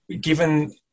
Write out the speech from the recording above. given